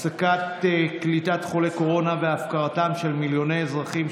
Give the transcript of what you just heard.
הפסקת קליטת חולי קורונה והפקרתם של מיליוני אזרחים,